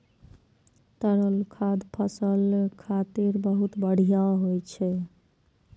तरल खाद फसल खातिर बहुत बढ़िया होइ छै